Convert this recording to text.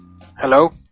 Hello